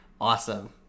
awesome